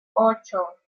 ocho